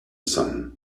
sun